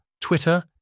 Twitter